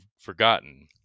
forgotten